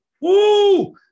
Woo